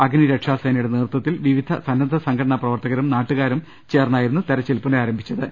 അഗ്നിരക്ഷാസേനയുടെ നേതൃത്വത്തിൽ വിവിധ സന്നദ്ധ സംഘടനാ പ്രവർത്തകരും നാട്ടു കാരും ചേർന്നായിരുന്നു തെരച്ചിൽ പുനരാരംഭിച്ചത്